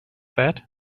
that